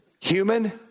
Human